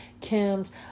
Kim's